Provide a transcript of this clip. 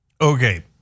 Okay